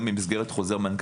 גם במסגרת חוזר מנכ"ל